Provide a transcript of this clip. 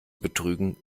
betrügen